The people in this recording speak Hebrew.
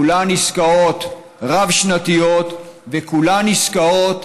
כולן עסקאות רב-שנתיות וכולן עסקאות